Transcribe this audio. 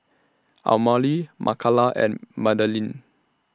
Amalie Makala and Madalynn